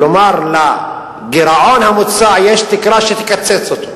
כלומר, לגירעון המוצע יש תקרה שתקצץ אותו.